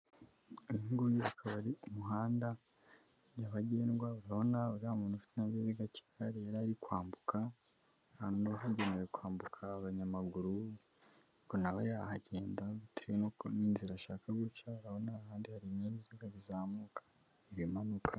Uyu nguyu akaba ari umuhanda nyabagendwa, urabona uriya muntu ufite ikinyabiziga cy'igare yari ari kwambuka ahantu hagenewe kwambuka abanyamaguru, ariko na we yahagenda bitewe n'uko, n'inzira ashaka guca, urabona hahandi hari ibinyabiziga bizamuka, ibimanuka.